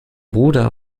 bruder